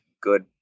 good